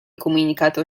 comunicato